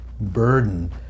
burden